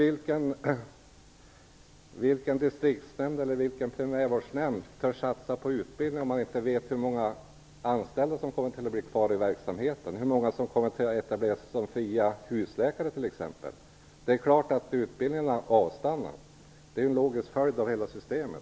Vilken distriktsnämnd eller primärvårdsnämnd törs satsa på utbildning om man inte vet hur många anställda som kommer att vara kvar i verksamheten och hur många som t.ex. kommer att etablera sig som fria husläkare? Det är klart att utbildningarna har avstannat. Det är en logisk följd av hela systemet.